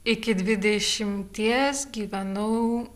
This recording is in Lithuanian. iki dvidešimties gyvenau